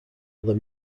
other